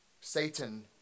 Satan